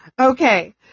okay